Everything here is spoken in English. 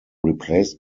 replaced